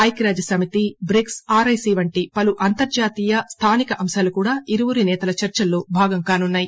ఐక్యరాజ్య సమితి BRICS RIC వంటి పలు అంతర్జాతీయ స్థానిక అంశాలు కూడా ఇరువురు సేతల చర్చల్లో భాగం కానున్నాయి